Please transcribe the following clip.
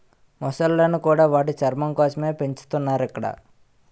మొసళ్ళను కూడా వాటి చర్మం కోసమే పెంచుతున్నారు ఇక్కడ